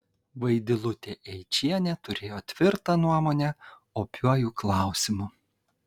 vaidilutė eičienė turėjo tvirtą nuomonę opiuoju klausimu